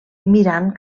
mirant